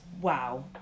wow